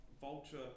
vulture